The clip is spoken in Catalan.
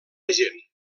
agent